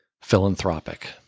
philanthropic